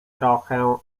trochę